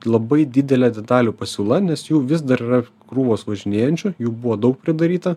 labai didelė detalių pasiūla nes jų vis dar yra krūvos važinėjančių jų buvo daug pridaryta